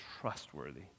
trustworthy